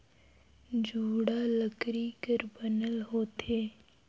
जुड़ा लकरी कर बनल होथे